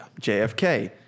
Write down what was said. JFK